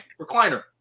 recliner